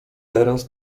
teraz